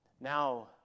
Now